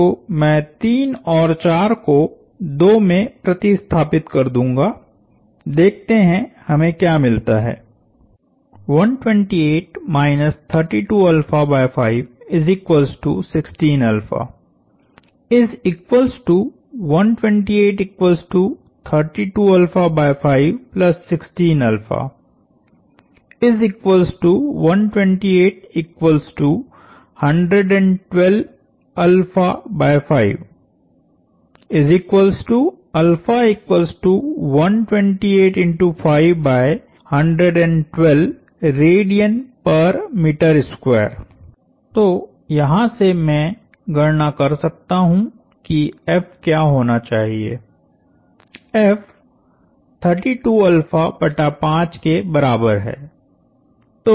तो मैं 3 और 4 को 2 में प्रतिस्थापित कर दूंगा देखते हैं हमें क्या मिलता है तो यहां से मैं गणना कर सकता हूं कि F क्या होना चाहिए F 32बटा 5 के बराबर है